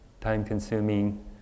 time-consuming